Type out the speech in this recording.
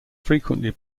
frequently